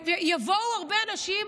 ויבואו הרבה אנשים,